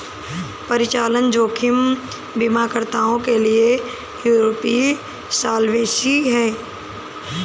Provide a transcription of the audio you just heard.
परिचालन जोखिम बीमाकर्ताओं के लिए यूरोपीय सॉल्वेंसी है